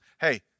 hey